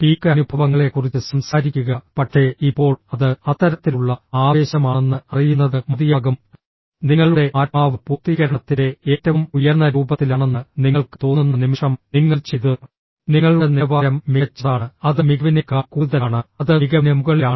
peak അനുഭവങ്ങളെക്കുറിച്ച് സംസാരിക്കുക പക്ഷേ ഇപ്പോൾ അത് അത്തരത്തിലുള്ള ആവേശമാണെന്ന് അറിയുന്നത് മതിയാകും നിങ്ങളുടെ ആത്മാവ് പൂർത്തീകരണത്തിന്റെ ഏറ്റവും ഉയർന്ന രൂപത്തിലാണെന്ന് നിങ്ങൾക്ക് തോന്നുന്ന നിമിഷം നിങ്ങൾ ചെയ്തു നിങ്ങളുടെ നിലവാരം മികച്ചതാണ് അത് മികവിനേക്കാൾ കൂടുതലാണ് അത് മികവിന് മുകളിലാണ്